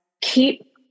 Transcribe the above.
keep